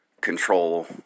control